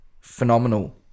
phenomenal